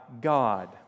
God